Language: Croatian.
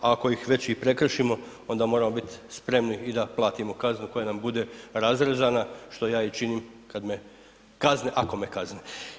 A ako ih već i prekršimo, onda moramo biti spremni i da platimo kaznu koja nam bude razrezana, što ja i činim kad me kazne, ako me kazne.